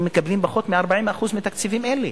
הם מקבלים פחות מ-40% מתקציבים אלה.